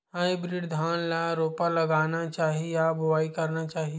Hybrid धान ल रोपा लगाना चाही या बोआई करना चाही?